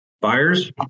Buyers